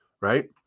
right